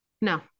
No